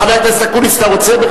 חבר הכנסת אקוניס, אתה רוצה?